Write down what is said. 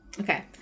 Okay